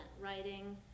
writing